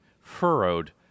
furrowed